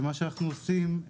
ומה שאנחנו עושים,